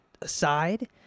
aside